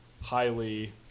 highly